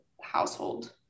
household